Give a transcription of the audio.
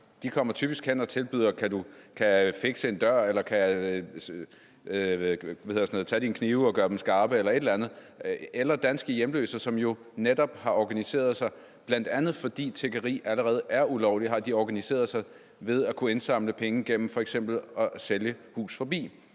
De kommer typisk hen og tilbyder at fikse en dør eller slibe dine knive og gøre dem skarpe eller et eller andet. Hvad angår danske hjemløse, har de jo netop organiseret sig, og bl.a. fordi tiggeri allerede ulovligt, har de organiseret sig ved at kunne indsamle penge gennem f.eks. at sælge Hus Forbi.